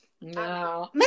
No